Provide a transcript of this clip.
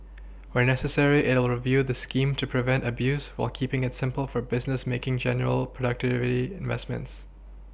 where necessary it will review the scheme to prevent abuse while keePing it simple for businesses making genuine productivity investments